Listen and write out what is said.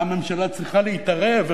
והממשלה צריכה להתערב,